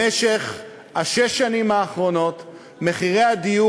במשך שש השנים האחרונות מחירי הדיור